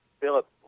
Philip